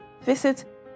visit